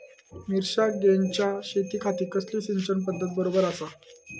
मिर्षागेंच्या शेतीखाती कसली सिंचन पध्दत बरोबर आसा?